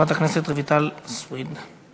חברת הכנסת רויטל סויד.